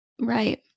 Right